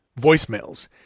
voicemails